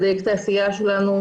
לדייק את העשייה שלנו,